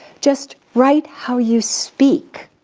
just write how you speak.